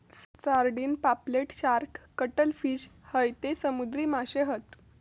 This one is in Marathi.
सारडिन, पापलेट, शार्क, कटल फिश हयते समुद्री माशे हत